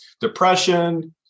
depression